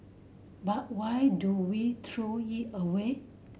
but why do we throw it away